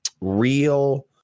real